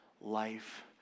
life